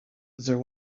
there